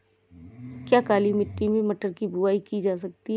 क्या काली मिट्टी में मटर की बुआई की जा सकती है?